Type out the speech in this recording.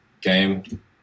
game